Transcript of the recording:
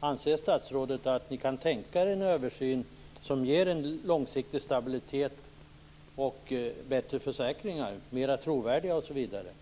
Kan statsrådet tänka sig en översyn som ger långsiktig stabilitet och bättre, mer trovärdiga försäkringar?